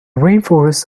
rainforests